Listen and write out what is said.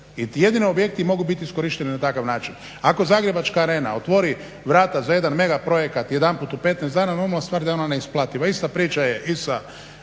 Jedino objekti mogu biti iskorišteni na takav način. Ako zagrebačka arena otvori vrata za jedan megaprojekt jedanput u 15 dana normalna stvar da je ona neisplativa. Ista priča je i sa